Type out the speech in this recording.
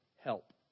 Help